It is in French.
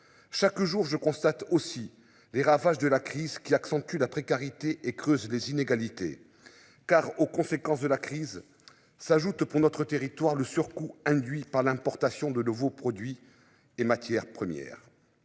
Chaque jour, je constate aussi les ravages de la crise qui accentue la précarité et creuse les inégalités car aux conséquences de la crise, s'ajoute pour notre territoire, le surcoût induit par l'importation de nouveaux produits et matières premières.